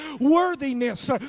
worthiness